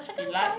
she like